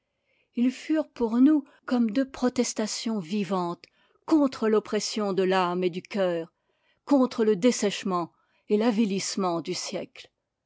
ils furent pour nous comme deux protestations vivantes contre l'oppression de l'ame et du cœur contre le dessèchement et l'avilissement du siècle